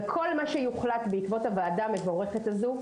וכל מה שיוחלט בעקבות הוועדה המבורכת הזאת,